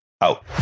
Out